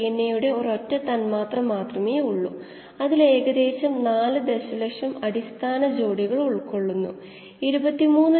𝑟𝑖 𝑟𝑜 volumetric flow rate അടിസ്ഥാനത്തിൽ input rate എന്താണ്